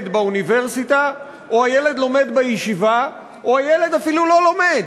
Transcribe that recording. באוניברסיטה או הילד לומד בישיבה או הילד אפילו לא לומד?